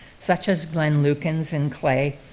such as glen lukens in clay,